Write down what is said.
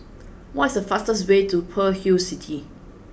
what is the fastest way to Pearl's Hill City